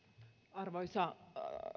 arvoisa